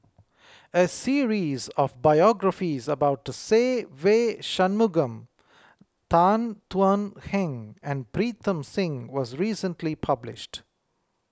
a series of biographies about Se Ve Shanmugam Tan Thuan Heng and Pritam Singh was recently published